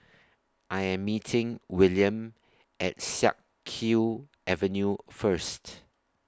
I Am meeting Wiliam At Siak Kew Avenue First